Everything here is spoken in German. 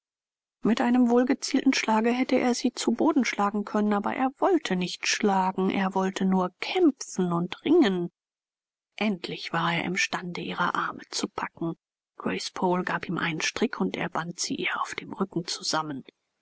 mit einem wohlgezielten schlage hätte er sie zu boden schlagen können aber er wollte nicht schlagen er wollte nur kämpfen und ringen endlich war er imstande ihre arme zu packen grace poole gab ihm einen strick und er band sie ihr auf dem rücken zusammen